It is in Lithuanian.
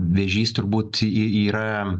vėžys turbūt yra